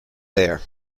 there